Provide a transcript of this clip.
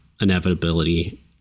inevitability